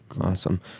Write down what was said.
awesome